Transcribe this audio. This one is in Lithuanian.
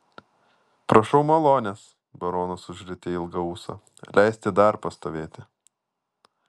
prašau malonės baronas užrietė ilgą ūsą leisti dar pastovėti